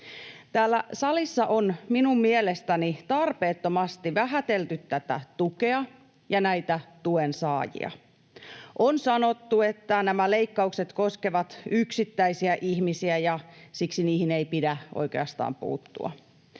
salissa on minun mielestäni tarpeettomasti vähätelty tätä tukea ja näitä tuensaajia. On sanottu, että nämä leikkaukset koskevat yksittäisiä ihmisiä ja siksi niihin ei pidä oikeastaan